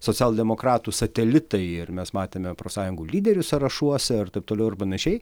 socialdemokratų satelitai ir mes matėme profsąjungų lyderių sąrašuose ir taip toliau ir panašiai